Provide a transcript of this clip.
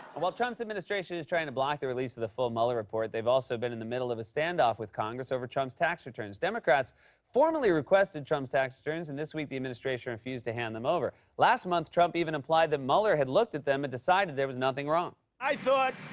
while trump's administration is trying to block the release of the full mueller report, they've also been in the middle of a stand-off with congress over trump's tax returns. democrats formally requested trump's tax returns, and this week, the administration refused to hand them over. last month, trump even implied that mueller had looked at them and decided there was nothing wrong. i thought,